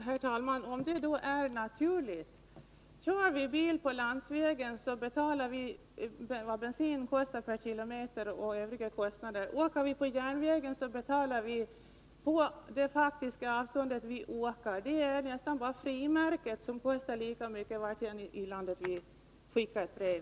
Herr talman! Jag undrar om det är en naturlig följd. Kör vi bil på landsvägen, så betalar vi vad bensinen kostar per kilometer och övriga kostnader. Reser vi med järnväg, så betalar vi efter den faktiska sträckan vi åker. Det är nästan bara frimärket som kostar lika mycket, oavsett varifrån i landet vi skickar ett brev.